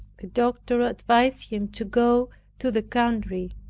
the doctor advised him to go to the country.